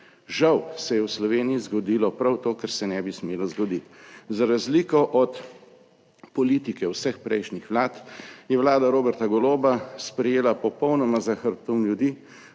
Žal se je v Sloveniji zgodilo prav to, kar se ne bi smelo zgoditi. Za razliko od politike vseh prejšnjih vlad je vlada Roberta Goloba sprejela popolnoma za hrbtom ljudi,